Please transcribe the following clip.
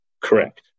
Correct